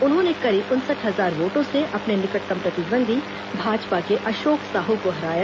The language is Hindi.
उन्होंने करीब उनसठ हजार वोटों से अपने निकटतम प्रतिद्वंदी भाजपा के अशोक साहू को हराया